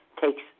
takes